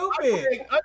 stupid